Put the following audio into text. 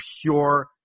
pure